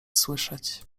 słyszeć